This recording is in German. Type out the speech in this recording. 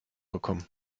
gekommen